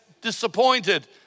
disappointed